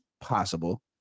possible